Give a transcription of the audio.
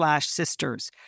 sisters